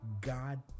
God